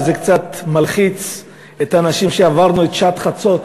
וזה קצת מלחיץ את האנשים שעברה שעת חצות.